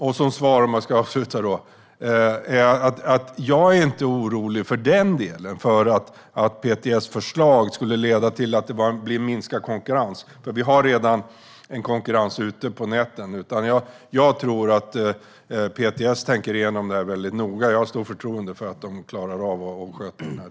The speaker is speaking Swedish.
Avslutningsvis är jag inte orolig för att PTS förslag skulle leda till minskad konkurrens - vi har redan konkurrens ute på näten - utan jag tror att PTS tänker igenom det här väldigt noga. Jag har stort förtroende för att de klarar av att sköta den här delen.